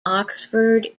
oxford